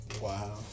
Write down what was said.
Wow